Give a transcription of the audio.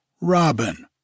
Robin